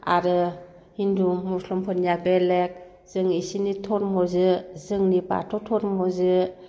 आरो हिन्दु मुसलिमफोरनिया बेलेग जों बिसोरनि धोरोमजों जोंनि बाथौ धोरोमजों